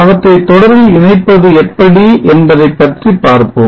அவற்றை தொடரில் இணைப்பது எப்படி என்பதைப் பற்றி பார்ப்போம்